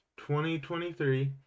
2023